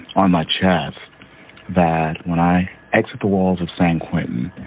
on my chest that when i exit the walls of san quentin